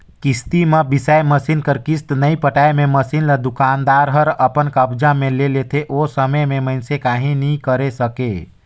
किस्ती म बिसाए मसीन कर किस्त नइ पटाए मे मसीन ल दुकानदार हर अपन कब्जा मे ले लेथे ओ समे में मइनसे काहीं नी करे सकें